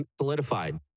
solidified